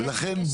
ולכן,